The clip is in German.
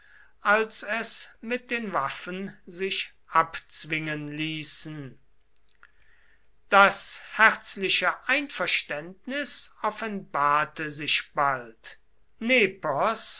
als es mit den waffen sich abzwingen ließen das herzliche einverständnis offenbarte sich bald nepos